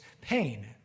pain